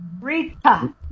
Rita